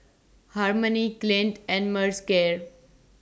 Harmony Clint and Mercer